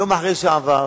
יום אחרי שעבר,